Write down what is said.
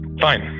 fine